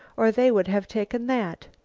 or they would have taken that.